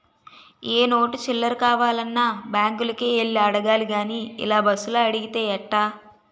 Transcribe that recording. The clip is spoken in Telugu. ఏ నోటు చిల్లర కావాలన్నా బాంకులకే యెల్లి అడగాలి గానీ ఇలా బస్సులో అడిగితే ఎట్టా